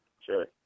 Sure